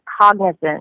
cognizant